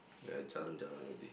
then I jalan jalan already